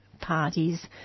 parties